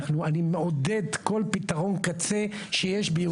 אני מעודד כל פתרון קצה שיש ביהודה ושומרון.